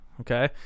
Okay